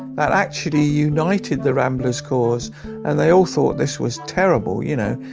that actually united the ramblers cause and they all thought this was terrible you know,